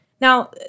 Now